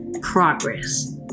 progress